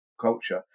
culture